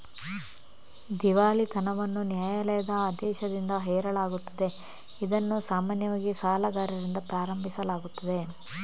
ದಿವಾಳಿತನವನ್ನು ನ್ಯಾಯಾಲಯದ ಆದೇಶದಿಂದ ಹೇರಲಾಗುತ್ತದೆ, ಇದನ್ನು ಸಾಮಾನ್ಯವಾಗಿ ಸಾಲಗಾರರಿಂದ ಪ್ರಾರಂಭಿಸಲಾಗುತ್ತದೆ